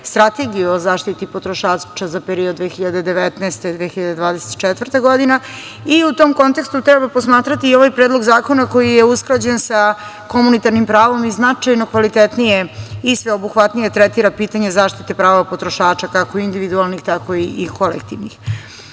Strategiju o zaštiti potrošača za period 2019.-2024. godina i u tom kontekstu treba posmatrati i ovaj predlog zakona koji je usklađen sa komunitarnim pravom i značajno kvalitetnije i sveobuhvatnije tretira pitanje zaštite prava potrošača, kako individualnih, tako i kolektivnih. Nekoliko